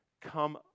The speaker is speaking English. come